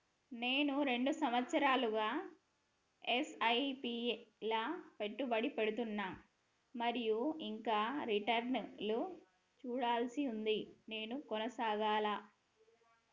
నేను రెండు సంవత్సరాలుగా ల ఎస్.ఐ.పి లా పెట్టుబడి పెడుతున్నాను మరియు ఇంకా రిటర్న్ లు చూడాల్సి ఉంది నేను కొనసాగాలా?